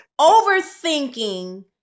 Overthinking